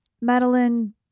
Madeline